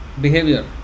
behavior